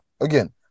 again